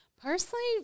Personally